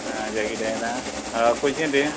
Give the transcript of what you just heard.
आ jacket येयलां कशीं तीं